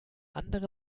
anderen